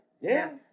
Yes